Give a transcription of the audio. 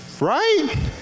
Right